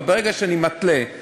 אבל ברגע שאני מתלה,